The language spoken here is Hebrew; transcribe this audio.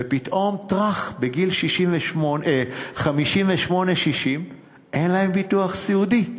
ופתאום, טראח, בגיל 58 60 אין להם ביטוח סיעודי.